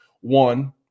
One